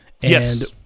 Yes